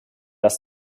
das